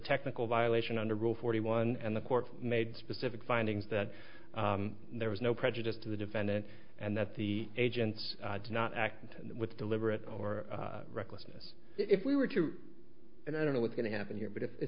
technical violation under rule forty one and the court made specific findings that there was no prejudice to the defendant and that the agents did not act with deliberate or recklessness if we were to and i don't know what's going to happen here but if